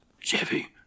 Jeffy